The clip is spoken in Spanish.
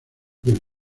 del